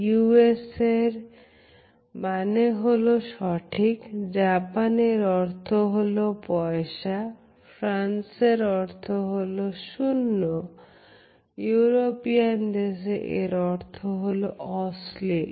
USA এর মানে হলো সঠিক জাপানে এর অর্থ হলো পয়সা ফ্রান্সে এর অর্থ হল শুন্যইউরোপিয়ান দেশে এর অর্থ খুবই অশ্লীল